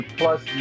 plus